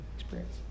experience